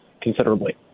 considerably